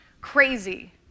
crazy